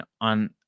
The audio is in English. on